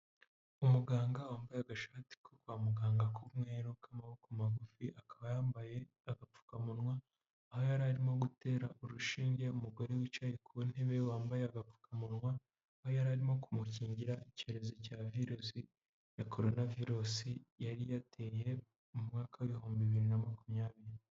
Umuganga wambaye agashati ko kwa muganga k'umweru k'amaboko magufi, akaba yambaye agapfukamunwa, aho yari arimo gutera urushinge umugore wicaye ku ntebe wambaye agapfukamunwa, aho yari arimo kumukingira icyorezo cya virusi ya korona virusi yari yateye mu mwaka w'ibihumbi bibiri na makumyabiri.